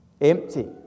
empty